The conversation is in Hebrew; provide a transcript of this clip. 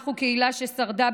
אנחנו קהילה ששרדה,